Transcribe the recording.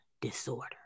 disorder